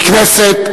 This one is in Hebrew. the Knesset,